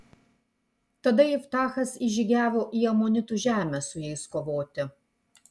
tada iftachas įžygiavo į amonitų žemę su jais kovoti